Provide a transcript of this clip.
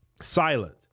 silent